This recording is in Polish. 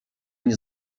nie